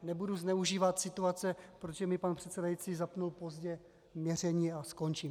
Nebudu zneužívat situace, protože mi pan předsedající zapnul pozdě měření, a končím.